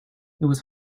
was